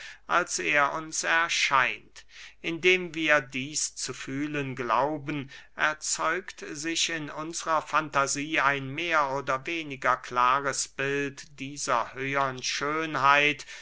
als er uns erscheint indem wir dieß zu fühlen glauben erzeugt sich in unsrer fantasie ein mehr oder weniger klares bild dieser höhern schönheit